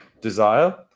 desire